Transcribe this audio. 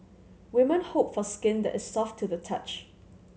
women hope for skin that is soft to the touch